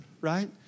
Right